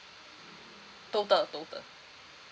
total total